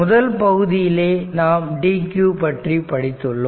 முதல் பகுதியிலேயே நாம் dq பற்றி படித்துள்ளோம்